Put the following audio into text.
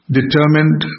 determined